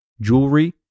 jewelry